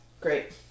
Great